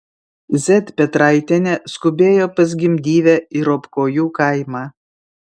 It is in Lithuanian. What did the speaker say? z petraitienė skubėjo pas gimdyvę į ropkojų kaimą